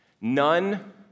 None